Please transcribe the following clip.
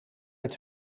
met